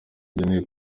igenewe